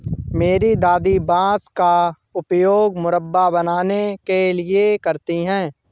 मेरी दादी बांस का उपयोग मुरब्बा बनाने के लिए करती हैं